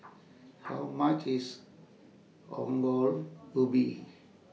How much IS Ongol Ubi